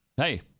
Hey